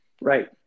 right